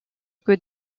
que